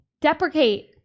Deprecate